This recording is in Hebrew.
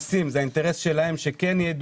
האינטרס של ראשי הרשויות הוא שכן יהיה